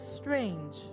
strange